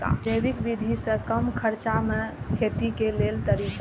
जैविक विधि से कम खर्चा में खेती के लेल तरीका?